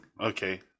okay